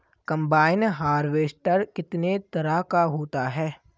Combine harvester कितने तरह का होता है?